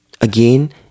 again